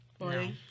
No